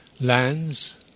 lands